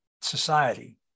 society